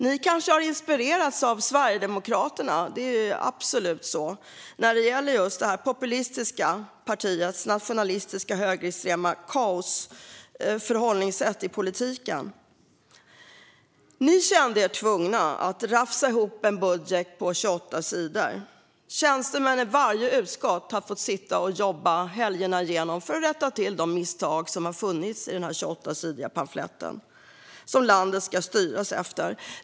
Ni kanske har inspirerats av Sverigedemokraterna - det är absolut så - när det gäller just detta populistiska, nationalistiska och högerextrema partis förhållningssätt i politiken. Ni kände er tvungna att rafsa ihop en budget på 28 sidor. Tjänstemän i varje utskott har fått sitta och jobba helgerna igenom för att rätta till de misstag som har funnits i den här 28-sidiga pamfletten som landet ska styras efter.